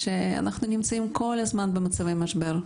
שאנחנו נמצאים כל הזמן במצבי משבר.